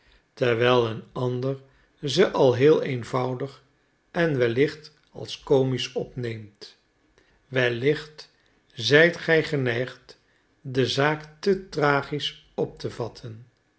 terwijl een ander ze al heel eenvoudig en wellicht als komisch opneemt wellicht zijt gij geneigd de zaak te tragisch op te vatten